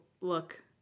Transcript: look